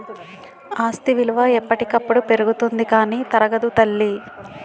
ఆస్తి విలువ ఎప్పటికప్పుడు పెరుగుతుంది కానీ తరగదు తల్లీ